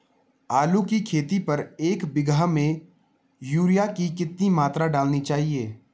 आलू की खेती पर एक बीघा में यूरिया की कितनी मात्रा डालनी चाहिए?